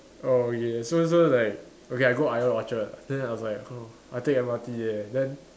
oh yes so so it's like okay I go ion Orchard then I was like oh I take M_R_T there then